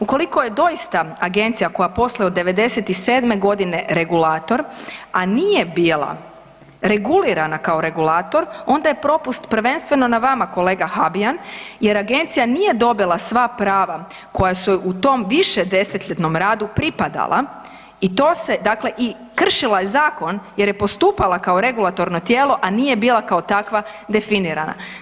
Ukoliko je doista Agencija koja posluje od 97. godine regulator, a nije bila regulirana kao regulator onda je propust prvenstveno na vama kolega Habijan jer Agencija nije dobila sva prava koja su joj u tom višedesetljetnom radu pripadala i to se dakle i kršila je zakon jer je postupala kao regulatorno tijelo a nije bila kao takva definirana.